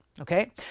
Okay